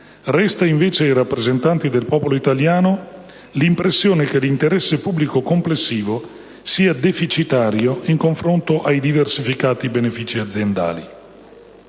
resta invece ai rappresentanti del popolo italiano l'impressione che l'interesse pubblico complessivo sia deficitario in confronto ai diversificati benefici aziendali.